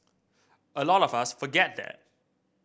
a lot of us forget that